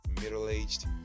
middle-aged